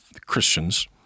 Christians